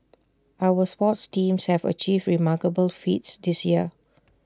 our sports teams have achieved remarkable feats this year